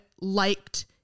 liked